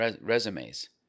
resumes